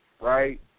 right